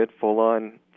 Full-on